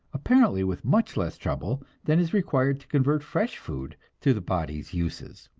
apparently with much less trouble than is required to convert fresh food to the body's uses.